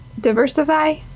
diversify